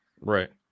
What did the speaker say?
right